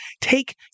take